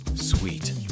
Sweet